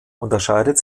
unterscheidet